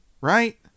right